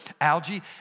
algae